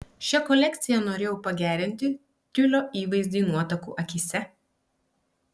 šia kolekcija norėjau pagerinti tiulio įvaizdį nuotakų akyse